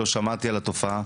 לא שמעתי על התופעה,